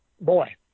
boy